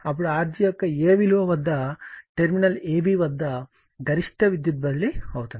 అప్పుడు Rg యొక్క ఏ విలువ వద్ద టెర్మినల్ AB వద్ద గరిష్ట విద్యుత్ బదిలీ అవుతుంది